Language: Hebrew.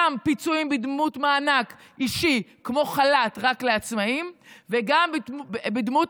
גם פיצויים בדמות מענק אישי כמו חל"ת רק לעצמאים וגם בדמות